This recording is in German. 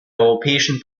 europäischen